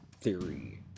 theory